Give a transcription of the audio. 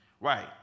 Right